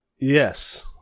Yes